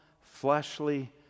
fleshly